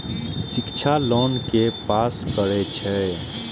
शिक्षा लोन के पास करें छै?